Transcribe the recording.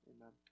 amen